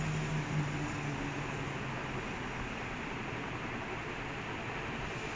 they didn't do that to concede that quickly lah lucas marra play insane but still like it's quite dumb